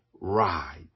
ride